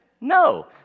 No